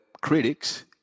critics